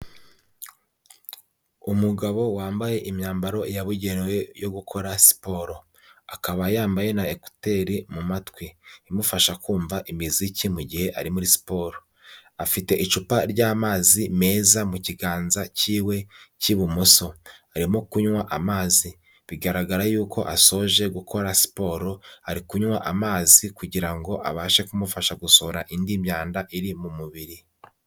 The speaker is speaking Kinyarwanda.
Umugabo wambaye imyambaro yabugenewe yo gukora siporo. Akaba yambaye na ekuteri mu matwi imufasha kumva imiziki mu gihe ari muri siporo. Afite icupa ry'amazi meza mu kiganza cyiwe cy'ibumoso. Arimo kunywa amazi. Bigaragara yuko asoje gukora siporo, ari kunywa amazi kugira ngo abashe kumufasha gusohora indi myanda iri mu mubiri.